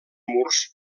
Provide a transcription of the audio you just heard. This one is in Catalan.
murs